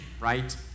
right